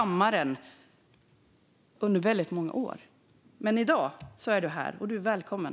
Men i dag är Michael Rubbestad här, och han är välkommen.